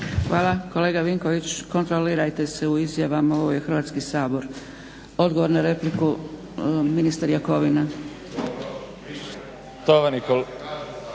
Hvala. Kolega Vinković kontrolirajte se u izjavama, ovo je Hrvatski sabor. Odgovor na repliku ministar Jakovina. **Jakovina,